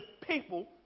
people